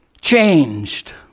changed